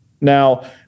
Now